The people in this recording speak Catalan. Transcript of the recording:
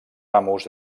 amos